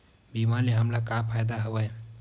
बीमा ले हमला का फ़ायदा हवय?